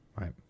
right